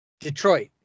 Detroit